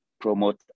promote